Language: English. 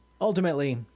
ultimately